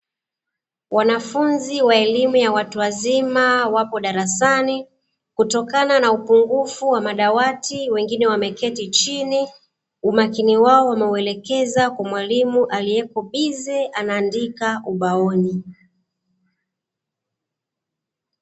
Wanafunzi wa elimu ya watu wazima wapo darasani, kutokana na upungufu wa madawati wengine wameketi chini, umakini wao wameuelekeza kwa mwalimu aliye bize anaandika ubaoni.